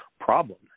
problem